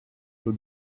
who